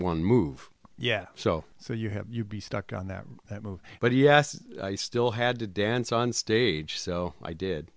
one move yeah so so you have you be stuck on that but yes i still had to dance on stage so i did